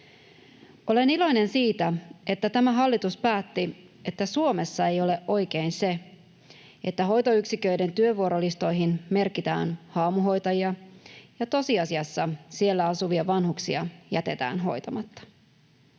Olen iloinen siitä, että tämä hallitus päätti, että Suomessa ei ole oikein se, että hoitoyksiköiden työvuorolistoihin merkitään haamuhoitajia ja että tosiasiassa siellä asuvia vanhuksia jätetään hoitamatta.